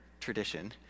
tradition